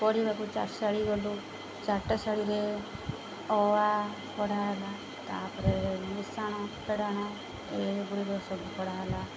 ପଢ଼ିବାକୁ ଚାଟଶାଳି ଗଲୁ ଚାଟଶାଳିରେ ଅ ଆ ପଢ଼ା ହେଲା ତା'ପରେ ମିଶାଣ ଫେଡ଼ାଣ ଏ ଗୁଡ଼ିକ ସବୁ ପଢ଼ା ହେଲା